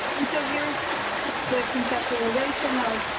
and so here is the conceptualization. now,